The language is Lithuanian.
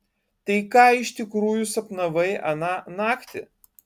tai ką iš tikrųjų sapnavai aną naktį